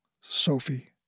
Sophie